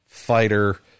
fighter